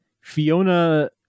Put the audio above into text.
Fiona